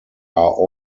are